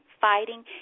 fighting